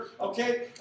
Okay